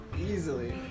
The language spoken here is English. Easily